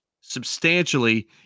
substantially